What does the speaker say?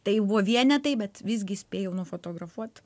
tai buvo vienetai bet visgi spėjau nufotografuot